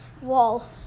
wall